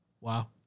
Wow